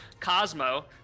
cosmo